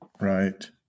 Right